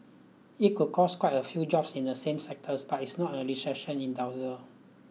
it could cost quite a few jobs in the same sectors but it's not a recession inducer